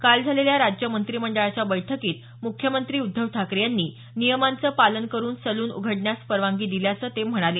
काल झालेल्या राज्य मंत्रिमंडळाच्या बैठकीत मुख्यमंत्री उद्धव ठाकरे यांनी नियमांचं पालन करुन सलून उघडण्यास परवानगी दिल्याचं ते म्हणाले